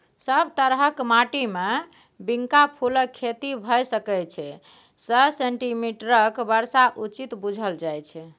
सब तरहक माटिमे बिंका फुलक खेती भए सकै छै सय सेंटीमीटरक बर्षा उचित बुझल जाइ छै